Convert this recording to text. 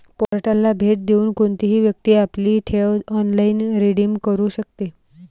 पोर्टलला भेट देऊन कोणतीही व्यक्ती आपली ठेव ऑनलाइन रिडीम करू शकते